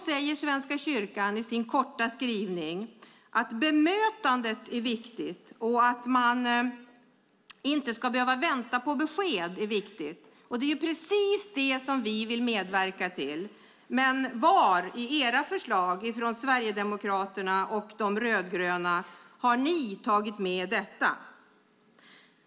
Svenska kyrkan säger i sin korta skrivning att bemötandet och att man inte ska behöva vänta på besked är viktigt. Det är precis det som vi vill medverka till. Men var har ni från Sverigedemokraterna och de rödgröna i era förslag tagit med detta?